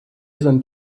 sind